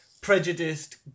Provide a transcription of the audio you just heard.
prejudiced